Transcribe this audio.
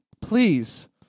Please